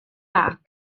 ardd